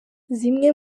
zimwe